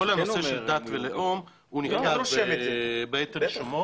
כל הנושא של דת ולאום נכתב בעת רישומו